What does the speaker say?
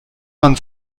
man